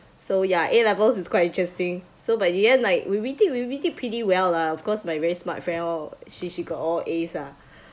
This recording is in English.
so ya A levels is quite interesting so by the end like we we did we we did pretty well lah of course my very smart friend oh she she got all As ah